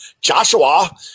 Joshua